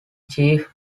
chief